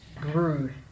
grew